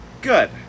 Good